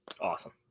Awesome